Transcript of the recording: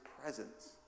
presence